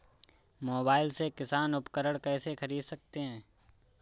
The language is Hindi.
मोबाइल से किसान उपकरण कैसे ख़रीद सकते है?